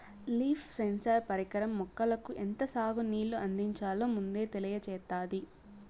leaf sensor పరికరం మొక్కలకు ఎంత సాగు నీళ్ళు అందించాలో ముందే తెలియచేత్తాది